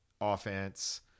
offense